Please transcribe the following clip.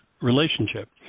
Relationship